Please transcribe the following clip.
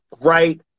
right